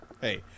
Hey